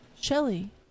Shelly